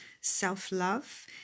self-love